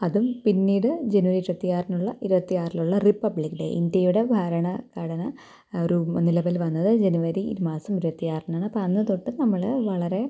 അതും പിന്നീട് ജനുവരി ഇരുപത്തിയാറിനുള്ള ഇരുപത്തിയാറിലുള്ള റിപ്പബ്ലിക്ക് ഡേ ഇന്ത്യയുടെ ഭരണ ഘടന നിലവിൽ വന്നത് ജനുവരി മാസം ഇരുപത്തിയാറിനാണ് അപ്പം അന്നു തൊട്ട് നമ്മൾ വളരെ